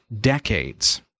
decades